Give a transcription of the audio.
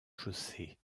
chaussées